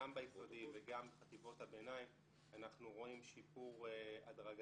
גם ביסודי וגם בחטיבות הביניים אנחנו רואים שיפור הדרגתי